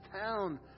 town